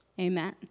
amen